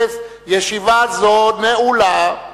חשמליים וחברת אחזקה, ואלה גרמו לתקלות רבות.